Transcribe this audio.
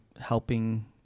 helping